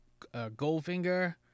Goldfinger